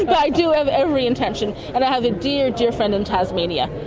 but i do have every intention, and i have a dear, dear friend in tasmania,